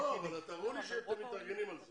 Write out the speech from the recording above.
אבל תראו לי שאתם מתארגנים על זה,